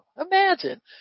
Imagine